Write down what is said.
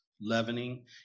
leavening